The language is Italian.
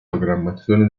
programmazione